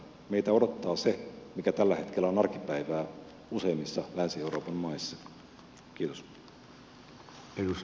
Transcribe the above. meitä odottaa se mikä tällä hetkellä on arkipäivää useimmissa länsi euroopan maissa